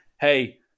hey